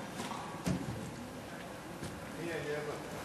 תודה רבה.